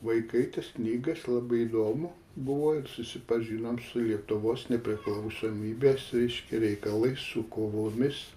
vaikai tas knygas labai įdomu buvo susipažinom su lietuvos nepriklausomybės reiškia reikalai su kovomis